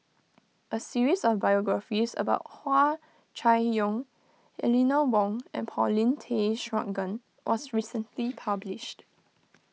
a series of biographies about Hua Chai Yong Eleanor Wong and Paulin Tay Straughan was recently published